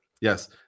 Yes